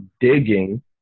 digging